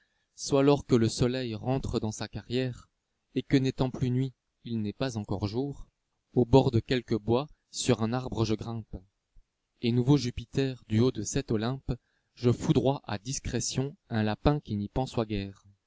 soit lorsque le soleil rentre dans sa carrière et que n'étant plus nuit il n'est pas encor jour au bord de quelque bois sur un arbre je grimpe et nouveau jupiter du haut de cet olympe je foudroie à discrétion un lapin qui n'y pensoit guère